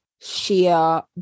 sheer